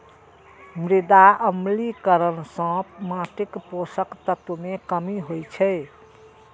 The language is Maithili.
मृदा अम्लीकरण सं माटिक पोषक तत्व मे कमी होइ छै